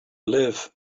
live